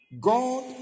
God